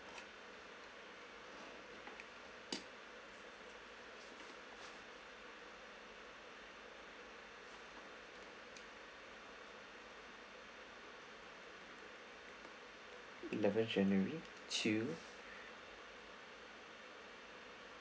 eleven january two